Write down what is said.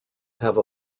have